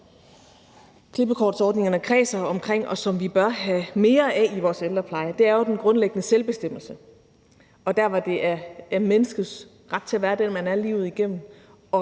klippekortordningerne kredser omkring, og som vi bør have mere af i vores ældrepleje, er den grundlæggende selvbestemmelse, hvor det handler om menneskets ret til at være den, man er, livet igennem,